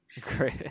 Great